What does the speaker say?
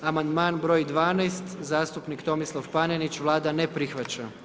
Amandman broj 12., zastupnik Tomislav Panenić, Vlada ne prihvaća.